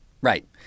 Right